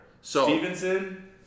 Stevenson